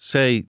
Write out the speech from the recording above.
Say